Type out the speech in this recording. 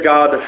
God